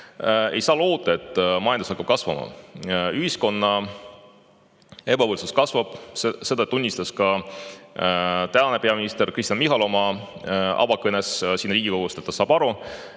ei saa loota, et majandus hakkab kasvama. Ühiskonna ebavõrdsus kasvab. Seda tunnistas ka tänane peaminister Kristen Michal oma avakõnes siin Riigikogus, et ta saab aru,